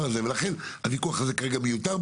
ולכן הוויכוח הזה הוא מיותר כרגע,